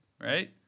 Right